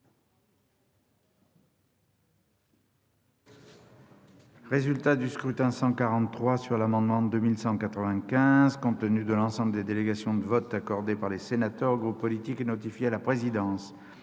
résultat du scrutin. Voici, compte tenu de l'ensemble des délégations de vote accordées par les sénateurs aux groupes politiques et notifiées à la présidence,